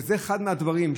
וזה אחד מהדברים,